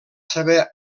saber